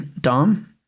Dom